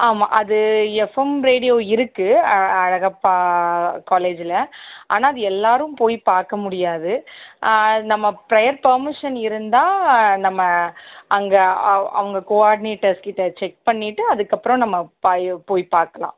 ஆமாம் அது FM radio இருக்குது அழகப்பா காலேஜ்ஜில் ஆனால் அது எல்லாேரும் போய் பார்க்க முடியாது நம்ம ப்ரையர் பெர்மிஸன் இருந்தால் நம்ம அங்கே அவ் அவங்க கோஆர்டினேட்டர்ஸ் கிட்டே செக் பண்ணிவிட்டு அதுக்கப்புறம் நம்ம பாய் போய் பார்க்கலாம்